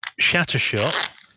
Shattershot